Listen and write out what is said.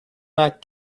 not